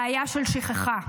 בעיה של שכחה,